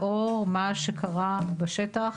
לאור מה שקרה בשטח